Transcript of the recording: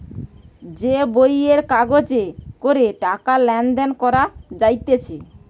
যে বইয়ের কাগজে করে টাকা লেনদেন করা যাইতেছে